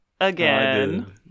again